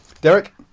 Derek